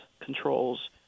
controls